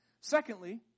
Secondly